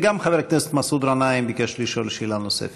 וגם חבר הכנסת מסעוד גנאים ביקש לשאול שאלה נוספת.